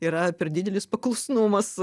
yra per didelis paklusnumas